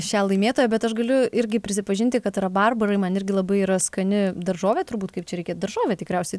šią laimėtoją bet aš galiu irgi prisipažinti kad rabarbarai man irgi labai yra skani daržovė turbūt kaip čia reikė daržovė tikriausiai